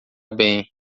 bem